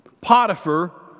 Potiphar